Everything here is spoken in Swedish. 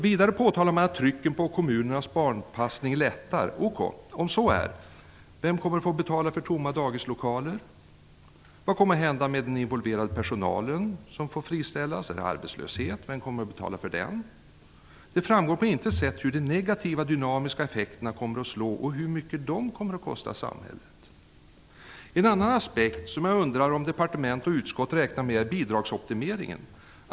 Sedan påtalar man att trycket på kommunernas barnpassning lättar. Okej, om så är: Vem kommer att få betala för tomma dagislokaler? Vad kommer att hända med den involverade personalen, som får friställas? Blir det arbetslöshet? Vem kommer att betala för den? Det framgår på intet sätt hur de negativa dynamiska effekterna kommer att slå och hur mycket de kommer att kosta samhället. En annan aspekt som jag undrar om departement och utskott räknar med är bidragsoptimeringen.